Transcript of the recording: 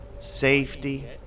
Safety